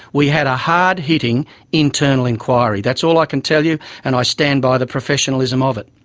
we had a hard-hitting internal inquiry. that's all i can tell you and i stand by the professionalism of it.